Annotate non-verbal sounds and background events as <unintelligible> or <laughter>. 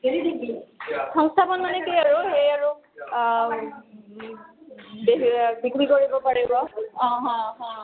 সংস্থাপন মানে কি আৰু সেই আৰু <unintelligible> বিক্ৰী কৰিব পাৰিব অঁ হ হ